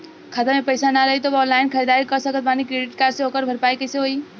खाता में पैसा ना रही तबों ऑनलाइन ख़रीदारी कर सकत बानी क्रेडिट कार्ड से ओकर भरपाई कइसे होई?